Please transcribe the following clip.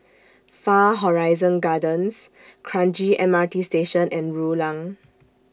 Far Horizon Gardens Kranji M R T Station and Rulang